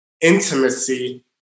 intimacy